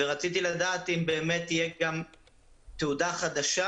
ורציתי לדעת אם באמת תהיה גם תעודה חדשה.